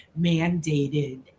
mandated